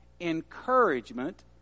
encouragement